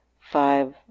five